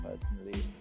personally